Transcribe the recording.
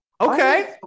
Okay